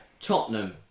Tottenham